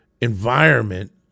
environment